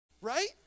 right